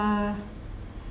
uh